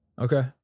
Okay